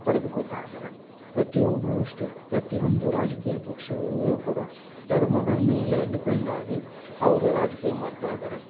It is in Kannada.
ಪಡೆದುಕೊಳ್ತಾ ಇದ್ದಾರೆ ಪ್ರತಿಯೊಬ್ಬರೂ ಅಷ್ಟೇ ಪ್ರತಿಯೊಂದು ರಾಜಕೀಯ ಪಕ್ಷದವರು ಕೂಡ ಧರ್ಮದ ಮೇಲೆ ಡಿಪೆಂಡ್ ಆಗಿ ಅವರು ರಾಜಕೀಯ ಮಾಡ್ತಾ ಇದ್ದಾರೆ